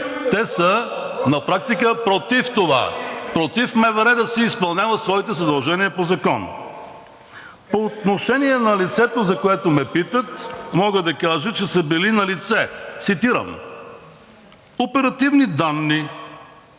те са на практика против това, против МВР да изпълнява своите задължения по закон. По отношение на лицето, за което ме питат, мога да кажа, че са били налице, цитирам по оперативни данни